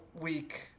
week